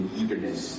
eagerness